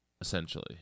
Essentially